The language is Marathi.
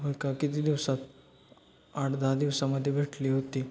होय का किती दिवसात आठ दहा दिवसामध्ये भेटली होती